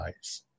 eyes